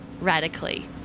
radically